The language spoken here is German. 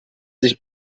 sich